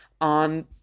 on